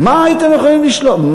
מה הייתם יכולים לשלוח?